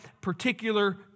particular